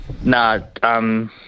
No